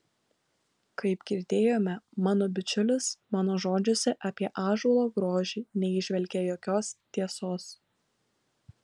kaip girdėjome mano bičiulis mano žodžiuose apie ąžuolo grožį neįžvelgė jokios tiesos